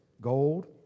gold